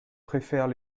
préfèrent